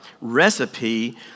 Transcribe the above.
recipe